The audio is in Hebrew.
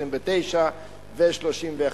29 ו-31,